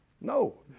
No